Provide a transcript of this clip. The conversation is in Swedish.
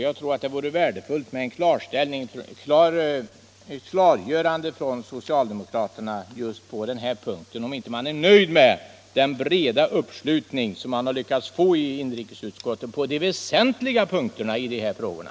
Jag tror det vore värdefullt med ett klargörande från socialdemokraterna av om man är nöjd eller inte med den breda uppslutning ni fått i inrikesutskottet på de väsentliga punkterna.